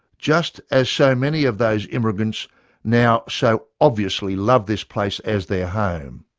just as so many of those immigrants now so obviously love this place as their home,